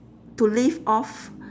to live off